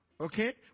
Okay